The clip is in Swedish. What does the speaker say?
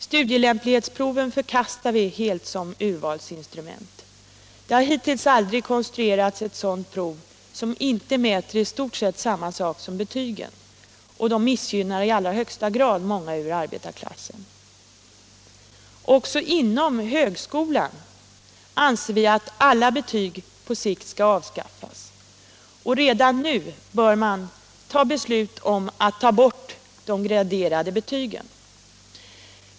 Studielämplighetsprov förkastar vi som urvalsinstrument. Det har hittills aldrig konstruerats ett sådant prov som inte mäter i stort sett samma sak som betygen, och de missgynnar i högsta grad många ur arbetarklassen. Också inom högskolan anser vi att alla betyg på sikt bör avskaffas, och redan nu bör man fatta beslut om att ta bort de graderade betygen.